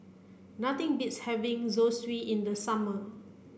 nothing beats having Zosui in the summer